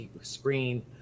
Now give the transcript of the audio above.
screen